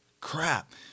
crap